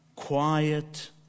Quiet